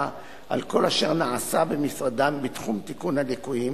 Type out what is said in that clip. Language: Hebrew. על כל אשר נעשה במשרדם בתחום תיקון הליקויים